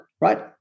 right